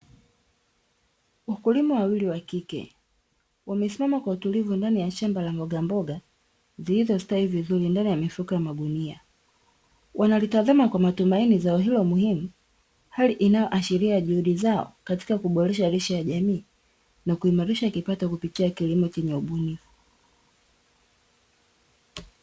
Wakulima wawili wa kike wamesimama kwa utulivu ndani ya shamba la mbogamboga zilizostawi vizuri ndani ya mifuko ya magunia. Wanalitazama kwa matumaini zao hilo muhimu, hali inayoashiria juhudi zao katika kuboresha lishe ya jamii na kuimarisha kipato kupitia kilimo chenye ubunifu.